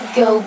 go